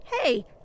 Hey